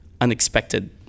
unexpected